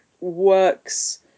works